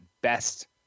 best